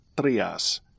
Trias